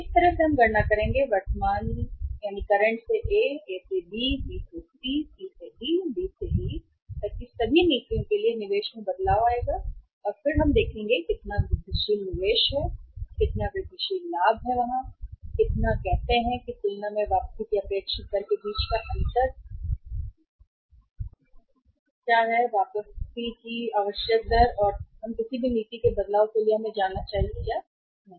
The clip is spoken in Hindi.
तो इस तरह हम गणना करेंगे वर्तमान से A A से B B से C C से D D से E तक की सभी नीतियों के लिए निवेश में बदलाव और फिर हम देखेंगे कि कितना वृद्धिशील निवेश है कितना वृद्धिशील लाभ है वहाँ और कितना कहते हैं की तुलना में वापसी की अपेक्षित दर के बीच का अंतर है वापसी की आवश्यक दर और हमें किसी भी नीति में बदलाव के लिए जाना चाहिए या नहीं